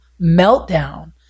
meltdown